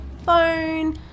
phone